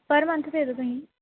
ਪਰ ਮੰਨਥ ਭੇਜ ਦਿਓ ਤੁਸੀਂ